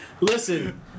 Listen